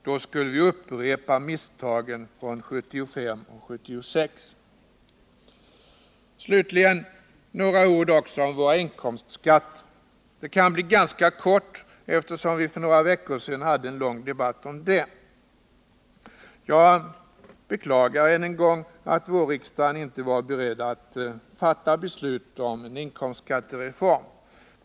Då skulle vi upprepa misstagen från 1975 och 1976. Slutligen några ord om våra inkomstskatter. Det kan bli ganska kortfattat, eftersom vi för några veckor sedan hade en lång debatt om dem. Jag beklagar än en gång att vårriksdagen inte var beredd att fatta beslut om en inkomstskattereform.